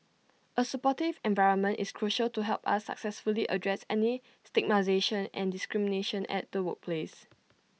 A supportive environment is crucial to help us successfully address any stigmatisation and discrimination at the workplace